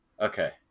Okay